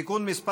(תיקון) (תיקון מס'